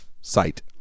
site